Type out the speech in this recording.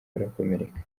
barakomereka